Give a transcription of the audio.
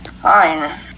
Fine